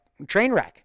Trainwreck